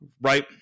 right